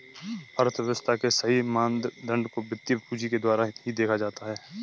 अर्थव्यव्स्था के सही मापदंड को वित्तीय पूंजी के द्वारा ही देखा जाता है